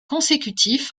consécutif